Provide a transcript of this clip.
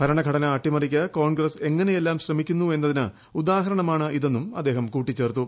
ഭരണഘടനാ അട്ടിമറിക്ക് കോൺഗ്രസ് എങ്ങനെയെല്ലാം ശ്രമിക്കുന്നു എന്നതിന് ഉദാഹരണമാണിതെന്നും അദ്ദേഹം കൂട്ടിച്ചേർത്തു